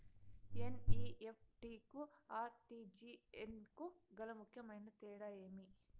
NEFT కు RTGS కు గల ముఖ్యమైన తేడా ఏమి?